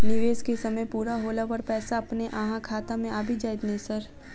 निवेश केँ समय पूरा होला पर पैसा अपने अहाँ खाता मे आबि जाइत नै सर?